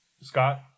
Scott